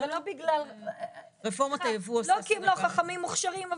ולא כי הם לא חכמים, מוכשרים.